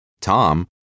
Tom